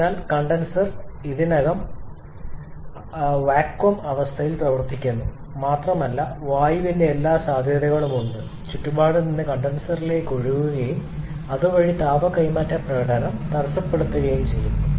അതിനാൽ കണ്ടൻസർ ഇതിനകം വാക്വം അവസ്ഥയിൽ പ്രവർത്തിക്കുന്നു മാത്രമല്ല വായുവിന്റെ എല്ലാ സാധ്യതകളും ഉണ്ട് ചുറ്റുപാടിൽ നിന്ന് കണ്ടൻസറിലേക്ക് ഒഴുകുകയും അതുവഴി താപ കൈമാറ്റ പ്രകടനം തടസ്സപ്പെടുകയും ചെയ്യുന്നു